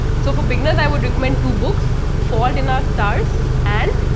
so, for beginners i would recommend two books. fault in our stars and